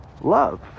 love